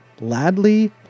Ladley